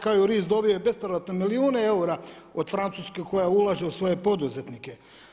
Kao i RIS dobio je bespovratne milijune eura od Francuske koja ulaže u svoje poduzetnike.